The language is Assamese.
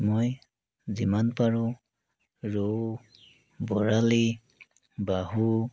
মই যিমান পাৰোঁ ৰৌ বৰালি বাহু